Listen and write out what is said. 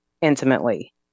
intimately